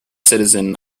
citizen